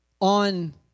on